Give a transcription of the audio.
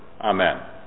Amen